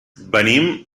venim